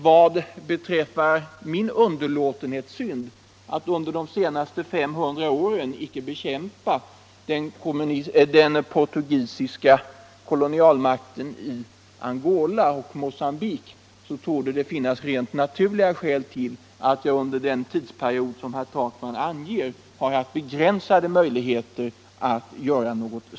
Vad beträffar min underlåtenhetssynd att de senaste 500 åren icke bekämpa den portugisiska kolonialmakten i Angola och Mogambique, så torde det finnas rent naturliga skäl till att jag under den tidsperiod som herr Takman anger har haft begränsade möjligheter härvidlag.